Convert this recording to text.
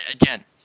Again